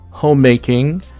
homemaking